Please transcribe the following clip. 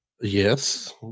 Yes